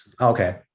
okay